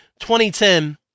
2010